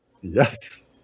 Yes